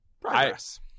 progress